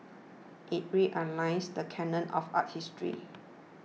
it realigns the canon of art history